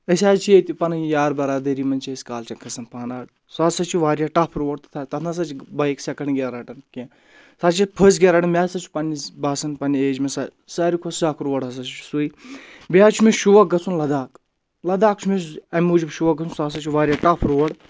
أسۍ حظ چھِ ییٚتہِ پَنٕنۍ یار بَرادٔری منٛز چھِ أسۍ کالچَن کھَسان پانہٕ سُہ ہَسا چھُ واریاہ ٹف روڈ تَتھ نَسا چھِ بایِک سیٚکنٛڈ گِیَر رٹان کینٛہہ سُہ حظ چھِ ییٚتہِ فٔسٹ گیر رٹان مےٚ ہَسا چھُ پَنٕنِس باسان پَنٕنہِ ایج مےٚ ساروی کھۄتہٕ سَکھ روڈ ہَسا چھُ سُے بیٚیہِ حظ چھُ مےٚ شوق گژھُن لداخ لداخ چھُ مےٚ اَمہِ موٗجوٗب شوق گژھُن سُہ ہَسا چھُ واریاہ ٹف روڈ